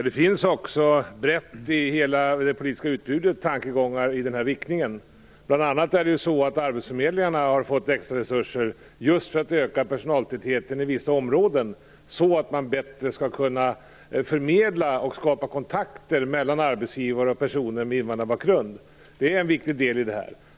Herr talman! Det finns också tankegångar i den riktningen, i hela det politiska utbudet. Arbetsförmedlingarna har bl.a. fått extra resurser just för att öka personaltätheten i vissa områden, så att man bättre skall kunna förmedla och skapa kontakter mellan arbetsgivare och personer med invandrarbakgrund. Det är en viktig del i det här.